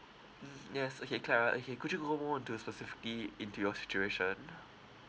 mm yes okay clara okay could you go more into uh specifically into your situation uh